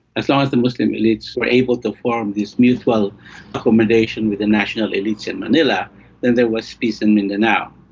as long as the muslim elites were able to form this mutual accommodation with the national elites in manila, then there was peace in mindanao.